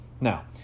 Now